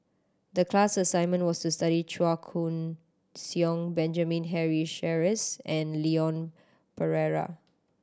the class assignment was to study Chua Koon Siong Benjamin Henry Sheares and Leon Perera